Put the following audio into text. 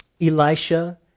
Elisha